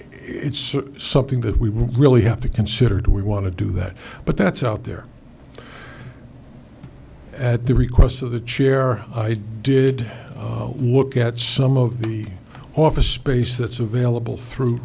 it's something that we would really have to consider do we want to do that but that's out there at the request of the chair i did look at some of the office space that's available through